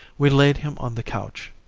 we laid him on the couch.